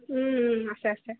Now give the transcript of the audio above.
আছে আছে